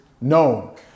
known